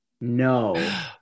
No